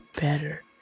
better